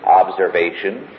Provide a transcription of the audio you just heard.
observation